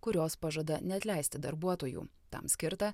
kurios pažada neatleisti darbuotojų tam skirta